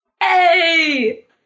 Hey